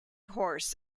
horse